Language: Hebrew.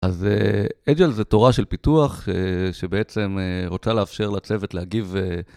אז אג'יל זה תורה של פיתוח, שבעצם רוצה לאפשר לצוות להגיב.